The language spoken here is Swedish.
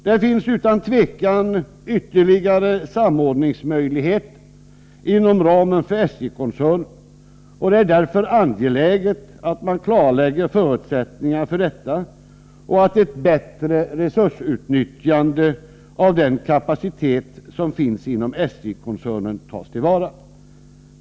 Det finns utan tvivel ytterligare samordningsmöjligheter inom ramen för SJ-koncernen, och det är därför angeläget att man klarlägger förutsättningarna för detta och att ett bättre resursutnyttjande av den kapacitet som finns inom SJ-koncernen tas till vara.